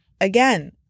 again